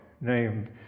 named